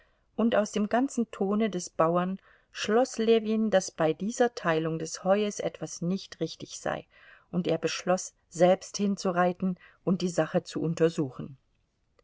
und aus dem ganzen tone des bauern schloß ljewin daß bei dieser teilung des heues etwas nicht richtig sei und er beschloß selbst hinzureiten und die sache zu untersuchen